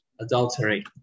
adultery